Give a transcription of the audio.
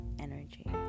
energy